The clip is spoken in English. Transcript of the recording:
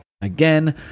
again